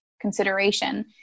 consideration